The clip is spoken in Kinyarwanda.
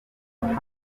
humble